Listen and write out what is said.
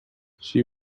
she